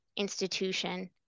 institution